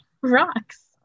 Rocks